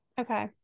okay